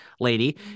lady